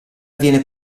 viene